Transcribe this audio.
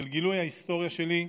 של גילוי ההיסטוריה שלי,